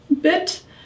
bit